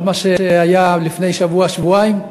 על מה שהיה לפני שבוע-שבועיים,